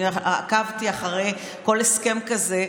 עקבתי אחרי כל הסכם כזה,